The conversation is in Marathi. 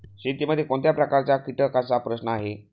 शेतीमध्ये कोणत्या प्रकारच्या कीटकांचा प्रश्न आहे?